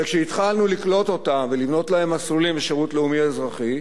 וכשהתחלנו לקלוט אותם ולבנות להם מסלולים בשירות לאומי-אזרחי,